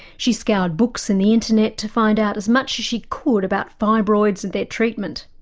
she scoured books and the internet to find out as much as she could about fibroids and their treatment.